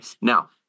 now